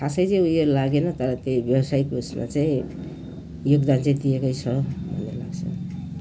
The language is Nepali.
खासै चाहिँ उयो चाहिँ लागेन तर त्यही व्यावसायिक उयसमा चाहिँ योगदान चाहिँ दिएकै छ भन्ने लाग्छ